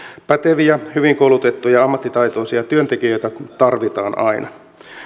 päteviä hyvin koulutettuja ja ammattitaitoisia työntekijöitä tarvitaan aina